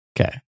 Okay